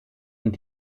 und